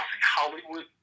Hollywood